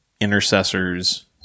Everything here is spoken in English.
intercessors